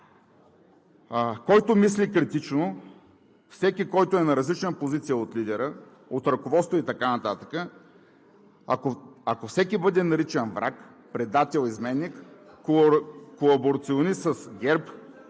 „Който мисли критично, всеки който е на различна позиция от лидера, от ръководството и така нататък, ако всеки бъде наричан враг, предател, изменник, колаборационист с ГЕРБ